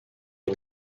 iyi